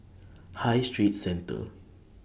High Street Centre